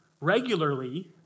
regularly